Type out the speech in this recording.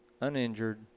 uninjured